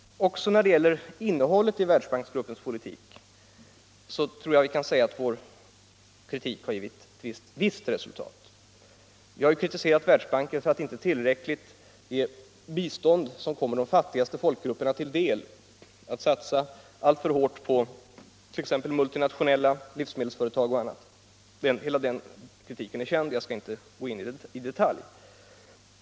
Även när det gäller innehållet i Världsbanksgruppens politik tror jag vi kan säga att vår kritik givit visst resultat. Vi har kritiserat Världsbanken för att inte ge tillräckligt bistånd som kommer de fattigaste folken till del, att satsa alltför hårt på t.ex. multinationella livsmedelsföretag och annat. Hela den kritiken är känd, jag skall inte gå in på den i detalj.